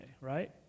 right